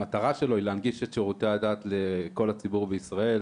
המטרה שלו היא להנגיש את שירותי הדת לכל הציבור בישראל.